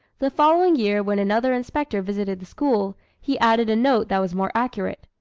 the following year when another inspector visited the school, he added a note that was more accurate.